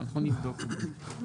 אנחנו נבדוק את זה.